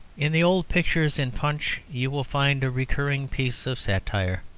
in the old pictures in punch you will find a recurring piece of satire.